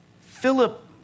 Philip